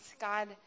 God